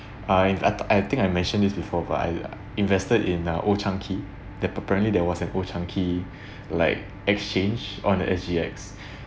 uh I th~ I think I mentioned this before about I invested in a old chang kee there apparently there was an old chang kee like exchange on the S_G_X